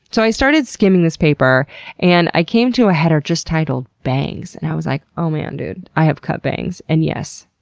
so, i started skimming this paper and i came to a header just titled, bangs and i was like, oh man. dude, i have cut bangs. and yes,